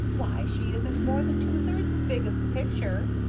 why, she isn't more than two thirds as big as the picture,